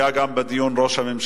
היה בדיון גם ראש הממשלה,